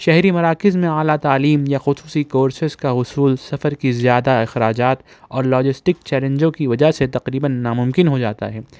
شہری مراکز میں اعلیٰ تعلیم یا خصوصی کورسیز کا اصول سفر کی زیادہ اخراجات اور لاجسٹک چیلنجوں کی وجہ سے تقریباً ناممکن ہو جاتا ہے